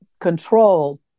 control